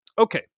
Okay